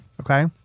Okay